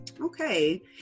Okay